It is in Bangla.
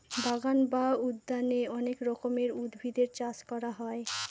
বাগান বা উদ্যানে অনেক রকমের উদ্ভিদের চাষ করা হয়